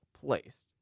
placed